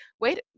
wait